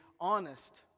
honest